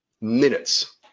minutes